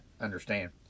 understand